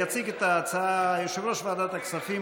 יציג את ההצעה יושב-ראש ועדת הכספים,